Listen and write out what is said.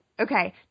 Okay